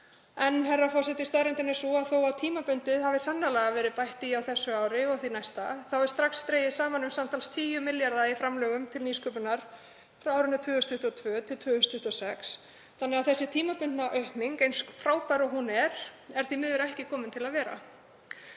En, herra forseti, staðreyndin er sú að þó að tímabundið hafi sannarlega verið bætt í á þessu ári og því næsta er strax dregið saman um samtals 10 milljarða í framlögum til nýsköpunar frá 2022–2026. Þessi tímabundna aukning, eins frábær og hún er, er því miður ekki komin til að vera.